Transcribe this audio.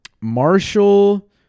Marshall